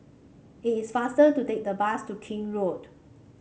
it is faster to take the bus to King Road